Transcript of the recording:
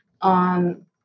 On